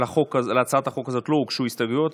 להצעת החוק הזאת לא הוגשו הסתייגויות,